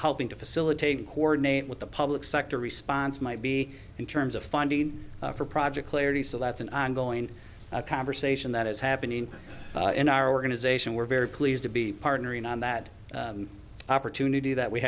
helping to facilitate and coordinate with the public sector response might be in terms of funding for project clarity so that's an ongoing conversation that is happening in our organization we're very pleased to be partnering on that opportunity that we